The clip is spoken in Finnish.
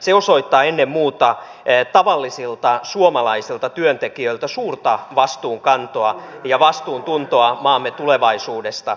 se osoittaa ennen muuta tavallisilta suomalaisilta työntekijöiltä suurta vastuunkantoa ja vastuuntuntoa maamme tulevaisuudesta